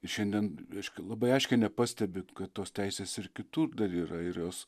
ir šiandien reiškia labai aiškiai nepastebi kad tos teisės ir kitur dar yra ir jos